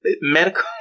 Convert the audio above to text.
Medical